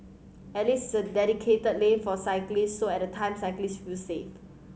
at least it's a dedicated lane for cyclists so at a time cyclists feel safe